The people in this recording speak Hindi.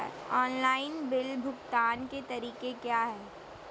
ऑनलाइन बिल भुगतान के तरीके क्या हैं?